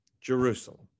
Jerusalem